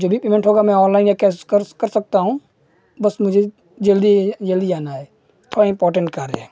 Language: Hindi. जो भी पेमेंट होगा मैं ऑनलाइन या कैस कर्स कर सकता हूँ बस मुझे जल्दी जल्दी जाना है थोड़ा इम्पॉर्टेन्ट कार्य है